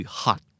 hot